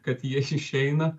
kad jie išeina